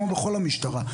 כמו בכל המשטרה.